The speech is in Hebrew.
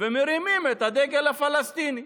ומרימים את הדגל הפלסטיני,